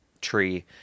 tree